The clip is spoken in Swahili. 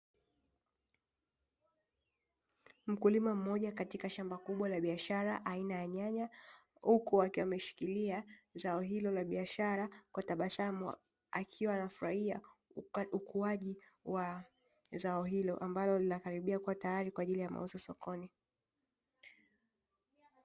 Mkulima mmoja katika shamba kubwa la biashara aina ya nyanya huku akiwa ameshikilia zao hilo la biashara kwa tabasamu akiwa anafurahia ukuaji wa zao hilo, ambalo linatarajia kuwa tayari kwa ajili ya mauzo sokoni.